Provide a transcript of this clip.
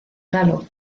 galo